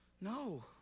No